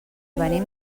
venim